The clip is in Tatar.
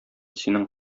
синең